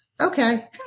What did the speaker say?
okay